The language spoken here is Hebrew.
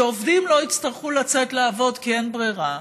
שעובדים לא יצטרכו לצאת לעבוד כי אין ברירה,